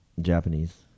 Japanese